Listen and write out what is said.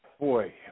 Boy